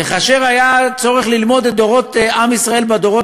כאשר היה צורך ללמוד את תולדות עם ישראל בדורות